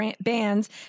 bands